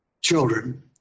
children